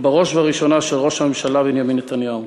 ובראש ובראשונה של ראש הממשלה בנימין נתניהו.